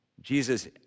Jesus